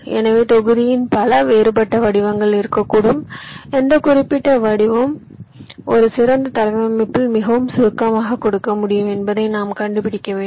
எனவே தொகுதியின் பல வேறுபட்ட வடிவங்கள் இருக்கக்கூடும் எந்த குறிப்பிட்ட வடிவம் ஒரு சிறந்த தளவமைப்பில் மிகவும் சுருக்கமாக கொடுக்க முடியும் என்பதை நாம் கண்டுபிடிக்க வேண்டும்